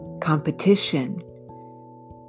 Competition